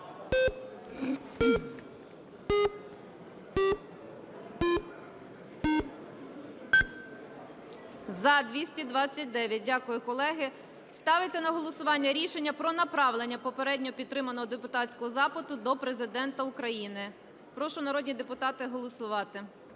За-229 Дякую, колеги. Ставиться на голосування рішення про направлення попередньо підтриманого депутатського запиту до Президента України. Прошу народних депутатів голосувати.